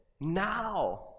now